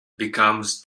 becomes